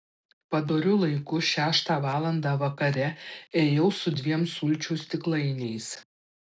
padoriu laiku šeštą valandą vakare ėjau su dviem sulčių stiklainiais